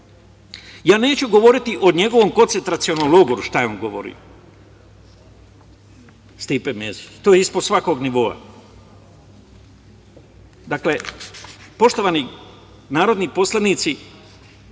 neću govoriti o njegovom koncentracionom logoru šta je on govorio, Stipe Mesić, to je ispod svakog nivoa. Dakle, poštovani narodni poslanici,